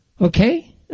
Okay